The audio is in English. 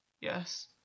Yes